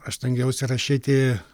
aš stengiausi rašyti